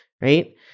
right